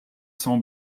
sans